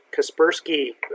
Kaspersky